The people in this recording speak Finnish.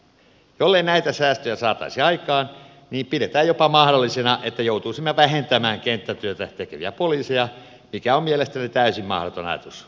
jollei näitä säästöjä saataisi aikaan niin pidetään jopa mahdollisena että joutuisimme vähentämään kenttätyötä tekeviä poliiseja mikä on mielestäni täysin mahdoton ajatus